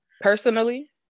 Personally